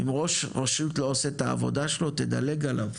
אם ראש רשות לא עושה את העבודה שלו, תדלג עליו.